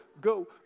go